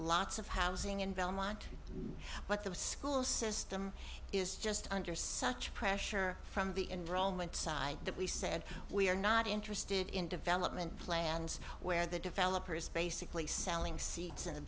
lots of housing in belmont but the school system is just under such pressure from the enrollment side that we said we are not interested in development plans where the developer is basically selling seats in the